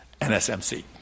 NSMC